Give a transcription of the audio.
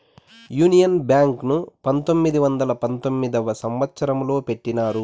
union Bank ను పంతొమ్మిది వందల పంతొమ్మిదవ సంవచ్చరంలో పెట్టినారు